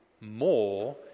more